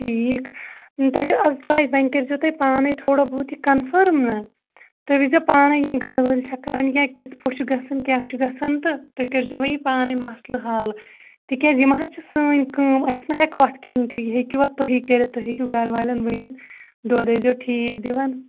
ٹھیٖک تۄہہِ چھو اَکھ پَے وۅنۍ کٔرۍ زیٚو تُہۍ پانَے تھوڑا بہت یہِ کَنفٲرٕم نا تُہۍ ویٖزیٚو پانَے یِم گَرٕ وٲلۍ چھا کَرَان یا کِتھ پٲٹھۍ چھُ گژھان کیٛاہ چھُ گژھان تہٕ تُہۍ کٔرۍ زیٚو وۅنۍ یہِ پانَے مَسلہٕ حَل تِکیٛازِ یِم حظ چھِ سٲنۍ کٲم اَسہِ نا ہٮ۪کو اَتھ کِہیٖنۍ تہِ یہِ ہیٚکِو اَتھ تُہی کٔرِتھ تُہۍ ہیٚکِو گَرٕ والٮ۪ن ؤنِتھ دۄد ٲسۍ زیٚو ٹھیٖک دِوَان